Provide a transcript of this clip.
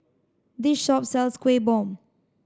this shop sells Kuih Bom